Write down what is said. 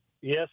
Yes